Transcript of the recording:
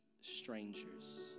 strangers